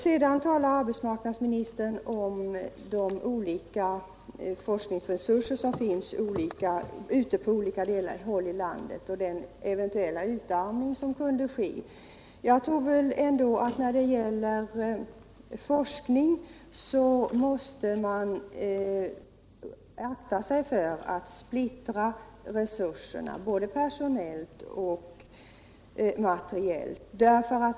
Sedan talade arbetsmarknadsministern om de forskningsresurser som finns på olika håll i landet och om den eventuella utarmning som kunde ske. Jag tror emellertid att man när det gäller forskningen måste akta sig för att splittra resurserna — det gäller både de personella och materiella resurserna.